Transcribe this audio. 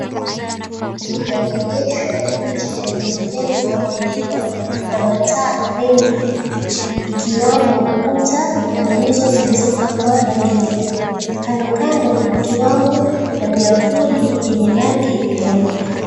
...Yameegeshwa nje kwenye jengo lililo na mataa mengi ikiwamo ukuta na nguzo zilizopakwa rangi nyeupe, kando kando ikiwamo na miyavuli yenye rangi nyeupe.